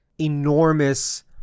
enormous